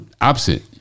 opposite